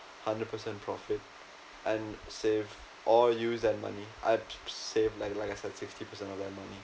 hundred percent profit and save or use that money I'd save like like a like sixty percent of that money